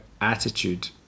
attitude